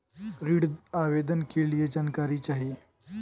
ऋण आवेदन के लिए जानकारी चाही?